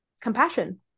compassion